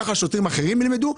ככה שוטרים אחרים ילמדו,